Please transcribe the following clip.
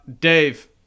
Dave